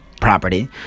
property